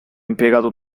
impiegato